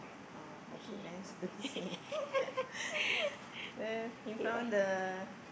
ah okay nice those same then in front of the